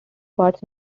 parts